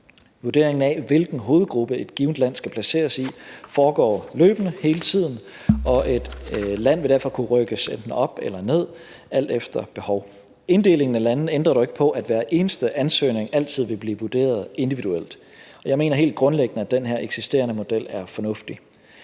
Vurderingen af, hvilken hovedgruppe et givent land skal placeres i, foregår løbende hele tiden, og et land vil derfor kunne rykkes enten op eller ned alt efter behov. Inddelingen af landene ændrer dog ikke på, at hver eneste ansøgning altid vil blive vurderet individuelt. Jeg mener helt grundlæggende, at den eksisterende model er fornuftig.